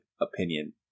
opinion